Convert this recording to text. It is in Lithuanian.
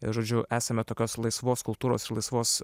žodžiu esame tokios laisvos kultūros ir laisvos